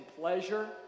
pleasure